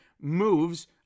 moves